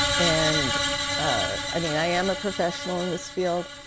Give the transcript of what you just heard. and ah i mean i am a professional in this field.